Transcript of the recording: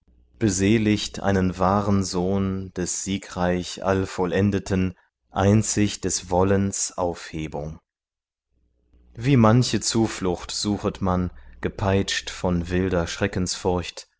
beseligt einen wahren sohn des siegreich allvollendeten einzig des wollens aufhebung wie manche zuflucht suchet man gepeitscht von wilder